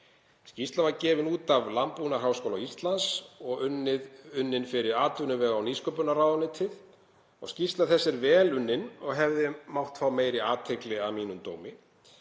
Skýrslan var gefin út af Landbúnaðarháskóla Íslands og unnin fyrir atvinnuvega- og nýsköpunarráðuneytið. Skýrsla þessi er vel unnin og hefði mátt fá meiri athygli að mínum dómi.